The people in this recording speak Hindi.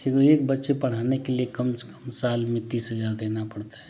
एक बच्चे पढ़ाने के लिए कम से कम साल में तीस हज़ार देना पड़ता है